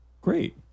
Great